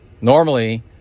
normally